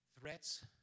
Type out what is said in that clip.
threats